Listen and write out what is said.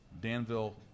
Danville